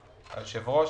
היושב-ראש,